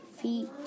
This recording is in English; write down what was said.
feet